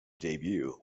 debut